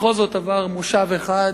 בכל זאת עבר מושב אחד,